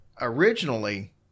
originally